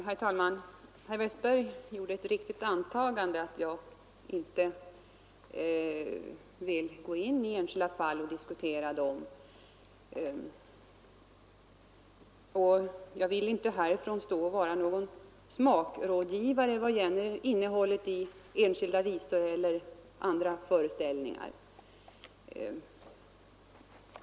Herr talman! Herr Westberg gjorde ett riktigt antagande, nämligen att jag inte vill gå in på enskilda fall och diskutera dem. Inte heller vill jag stå här och vara någon smakrådgivare beträffande innehållet i enskilda visor eller föreställningar.